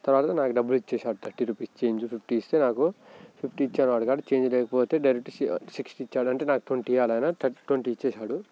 తర్వాత నాకు డబ్బులు ఇచ్చేశాడు థర్టీ రూపీస్ చేంజ్ ఫిఫ్టీ ఇస్తే నాకు ఫిఫ్టీ ఇచ్చాడు నాకు చేంజ్ లేకపోతే డైరెక్ట్ సి సిక్స్టీ ఇచ్చాడు అంటే నాకు ట్వంటీ ఇవ్వాలి ఆయన థర్టీ ట్వంటీ ఇచ్చేసాడు